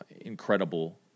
incredible